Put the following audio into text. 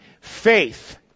Faith